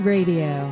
Radio